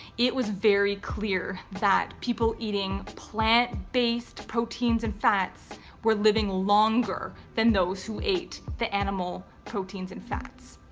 it was very clear that people eating plant-based proteins and fats were living longer than those who ate the animal proteins and fats.